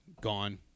Gone